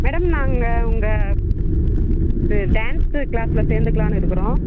madam நாங்கள் உங்கள் dance க்ளாஸ்ஸில் சேர்ந்துக்கலான்னு இருக்குகிறோம்